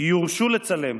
יורשו לצלם,